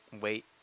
wait